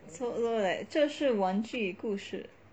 so like 这是玩具故事